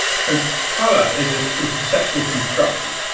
so color is a sort of perceptual construction.